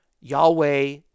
Yahweh